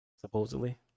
Supposedly